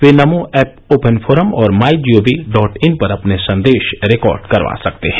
वे Namo app open forum और my G O V dot in पर भी अपने संदेश रिकार्ड करवा सकते हैं